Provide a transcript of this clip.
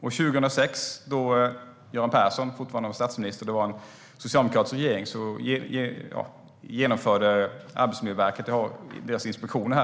År 2006, då Göran Persson fortfarande var statsminister, i en socialdemokratisk regering, genomförde Arbetsmiljöverket - jag har siffrorna för verkets inspektioner